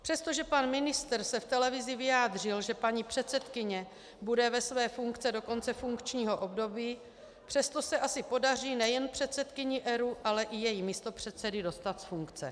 Přestože pan ministr se v televizi vyjádřil, že paní předsedkyně bude ve své funkci do konce funkčního období, přesto se asi podaří nejen předsedkyni ERÚ, ale i její místopředsedy dostat z funkce.